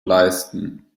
leisten